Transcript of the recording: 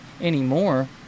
anymore